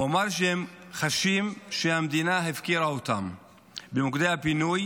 הוא אמר שהם חשים שהמדינה הפקירה אותם במוקדי הפינוי